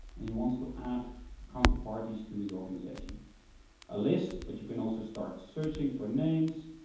and he wants to add counterparties to his organization a list, but you can also start searching for names.